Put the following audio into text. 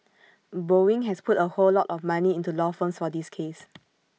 boeing has put A whole lot of money into law firms for this case